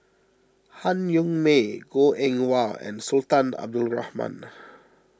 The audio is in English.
Han Yong May Goh Eng Wah and Sultan Abdul Rahman